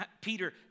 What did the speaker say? Peter